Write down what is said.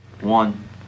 one